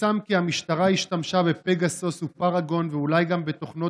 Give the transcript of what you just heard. פורסם כי המשטרה השתמשה בפגסוס ופאראגון ואולי גם בתוכנה